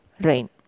rain